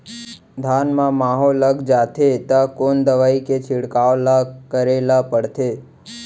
धान म माहो लग जाथे त कोन दवई के छिड़काव ल करे ल पड़थे?